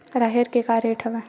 राहेर के का रेट हवय?